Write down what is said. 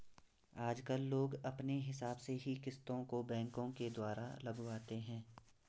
आजकल लोग अपने हिसाब से ही किस्तों को बैंकों के द्वारा लगवाते हैं